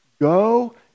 Go